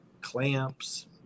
clamps